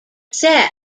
sets